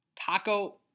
Taco